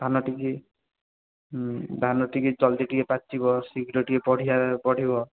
ଧାନ ଟିକିଏ ଧାନ ଟିକିଏ ଜଲ୍ଦି ଟିକିଏ ପାଚିବ ଶୀଘ୍ର ଟିକିଏ ପଢ଼ିଆ ପଢ଼ିବ